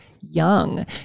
young